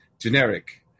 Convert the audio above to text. generic